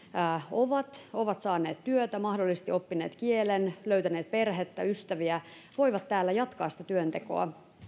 ovat ovat saaneet työtä mahdollisesti oppineet kielen löytäneet perheen ystäviä voivat täällä jatkaa sitä työntekoa